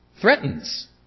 threatens